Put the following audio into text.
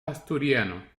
asturiano